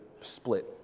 split